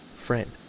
friend